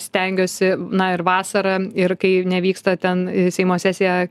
stengiuosi na ir vasarą ir kai nevyksta ten seimo sesija